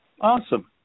Awesome